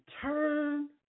turn